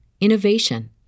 innovation